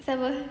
siapa